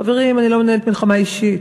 חברים, אני לא מנהלת מלחמה אישית,